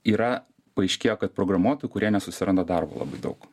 yra paaiškėjo kad programuotojų kurie nesusiranda darbo labai daug